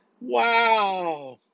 wow